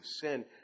sin